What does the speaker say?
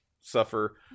suffer